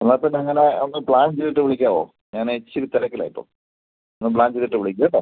എന്നാൽ പിന്നങ്ങനെ ഒന്ന് പ്ലാൻ ചെയ്തിട്ട് വിളിക്കാവോ ഞാനിച്ചിരി തിരക്കിലാണ് ഇപ്പം ഒന്ന് പ്ലാൻ ചെയ്തിട്ട് വിളിക്ക് കേട്ടോ